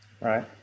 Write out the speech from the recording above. Right